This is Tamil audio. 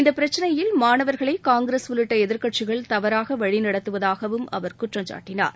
இந்தப் பிரச்னையில் மாணவர்களை காங்கிரஸ் உள்ளிட்ட எதிர்க்கட்டசிகள் தவறாக வழி நடத்துவதாகவும் அவர் குற்றம் சாட்டினார்